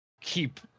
keep